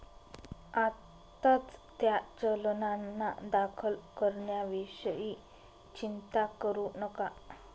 आत्ताच त्या चलनांना दाखल करण्याविषयी चिंता करू नका